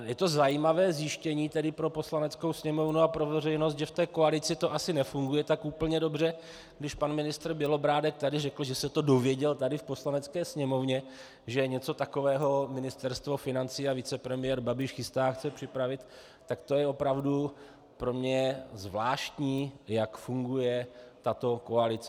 Je to zajímavé zjištění pro Poslaneckou sněmovnu i pro veřejnost, že v koalici to asi nefunguje tak úplně dobře, když pan ministr Bělobrádek tady řekl, že se to dozvěděl tady v Poslanecké sněmovně, že něco takového Ministerstvo financí a vicepremiér Babiš chystá a chce připravit, tak to je opravdu pro mě zvláštní, jak funguje tato koalice.